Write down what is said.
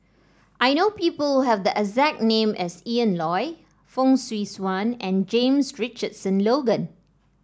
I know people who have the exact name as Ian Loy Fong Swee Suan and James Richardson Logan